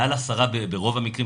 מעל עשרה ברוב המקרים,